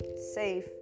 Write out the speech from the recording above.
safe